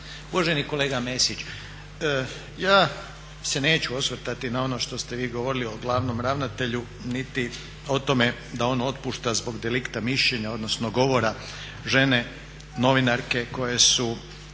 Uvaženi kolega Mesić, ja se neću osvrtati na ono što ste vi govorili o glavnom ravnatelju niti o tome da on otpušta zbog delikta mišljenja odnosno govora žene, novinarke koje su